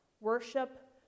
worship